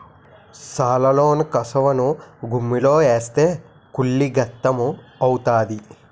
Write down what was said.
సాలలోన కసవను గుమ్మిలో ఏస్తే కుళ్ళి గెత్తెము అవుతాది